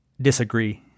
disagree